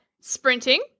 sprinting